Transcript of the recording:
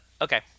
okay